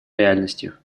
реальностью